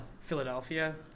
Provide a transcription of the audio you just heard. Philadelphia